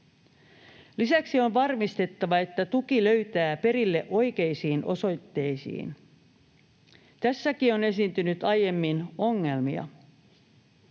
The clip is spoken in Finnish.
Lisäksi on varmistettava, että tuki löytää perille oikeisiin osoitteisiin. Tässäkin on esiintynyt aiemmin ongelmia.